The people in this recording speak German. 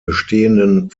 bestehenden